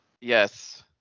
Yes